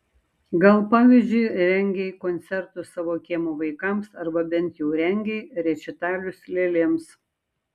gal pavyzdžiui rengei koncertus savo kiemo vaikams arba bent jau rengei rečitalius lėlėms